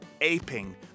aping